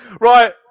Right